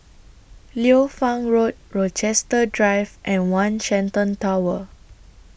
Liu Fang Road Rochester Drive and one Shenton Tower